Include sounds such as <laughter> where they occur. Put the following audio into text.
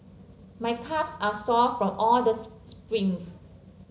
my calves are sore from all the <unintelligible> sprints